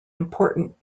important